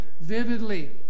vividly